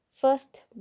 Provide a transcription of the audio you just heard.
first